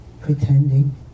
pretending